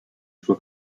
sua